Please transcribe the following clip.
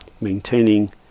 maintaining